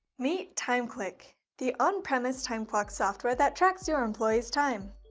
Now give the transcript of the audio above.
meet timeclick. the on-premise time clock software that tracks your employees' time.